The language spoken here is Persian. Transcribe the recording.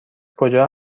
کجا